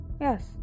yes